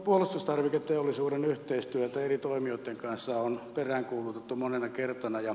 puolustustarviketeollisuuden yhteistyötä eri toimijoitten kanssa on peräänkuulutettu monena kertana